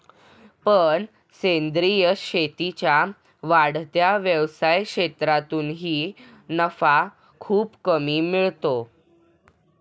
पण सेंद्रीय शेतीच्या वाढत्या व्यवसाय क्षेत्रातूनही नफा खूप मिळतो